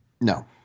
no